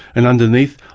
and underneath,